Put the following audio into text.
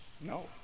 No